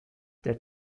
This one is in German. der